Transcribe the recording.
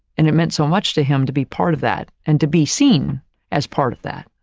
and it meant so much to him to be part of that and to be seen as part of that.